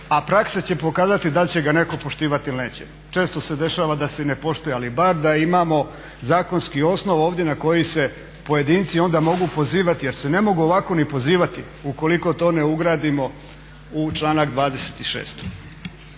a praksa će pokazati da li će ga netko poštivati ili neće. Često se dešava da se ne poštuje, ali bar da imamo zakonski osnov ovdje na koji se pojedinci onda mogu pozivati, jer se ne mogu ovako ni pozivati ukoliko to ne ugradimo u članak 26.